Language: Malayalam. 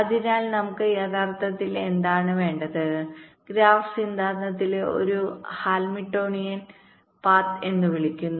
അതിനാൽ നമുക്ക് യഥാർത്ഥത്തിൽ എന്താണ് വേണ്ടത് ഗ്രാഫ് സിദ്ധാന്തത്തിലെ ഒരു ഹാമിൽട്ടോണിയൻ പാതഎന്ന് വിളിക്കുന്നു